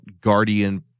guardian